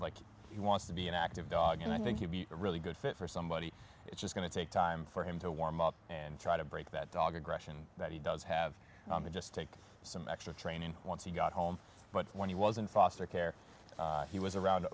like he wants to be an active dog and i think he'd be a really good fit for somebody it's going to take time for him to warm up and try to break that dog aggression that he does have to just take some extra training once he got home but when he was in foster care he was around